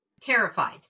terrified